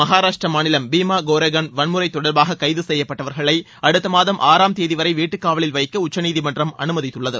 மகாராஷ்டிர மாநிலம் பீமா கோரேகான் வன்முறை தொடர்பாக கைது செய்யப்பட்டவர்களை அடுத்த மாதம் ஆறாம் தேதி வரை வீட்டுக் காவலில் வைக்க உச்சநீதிமன்றம் அனுமதித்துள்ளது